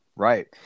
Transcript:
Right